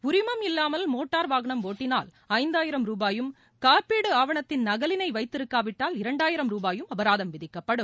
உரிமம் இல்லாமல் மோட்டார் வாகனம் ஒட்டினால் ஐந்தாயிரம் ரூபாயும் காப்பீட்டு ஆவணத்தின் நகலினை வைத்திருக்காவிட்டால் இரண்டாயிரம் ரூபாயும் அபராதம் விதிக்கப்படும்